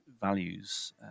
values